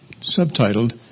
subtitled